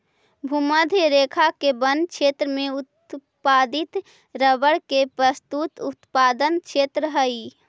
भूमध्य रेखा के वन क्षेत्र में उत्पादित रबर के विस्तृत उत्पादन क्षेत्र हइ